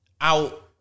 out